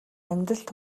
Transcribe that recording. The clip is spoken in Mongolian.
амьдралд